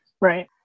Right